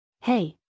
Hey